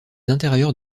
intérieurs